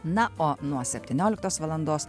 na o nuo septynioliktos valandos